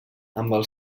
amb